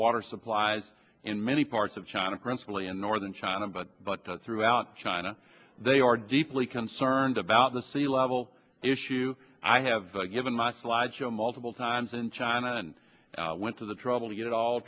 water supplies in many parts of china principally in northern china but throughout china they are deeply concerned about the sea level issue i have given my slide show multiple times in china and went to the trouble to get it all